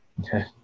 Okay